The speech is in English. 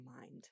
mind